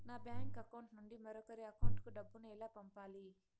నా bank account నుండి మరొకరి అకౌంట్ కు డబ్బులు ఎలా పంపాలి